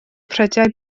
prydau